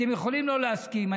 אתם יכולים לא להסכים.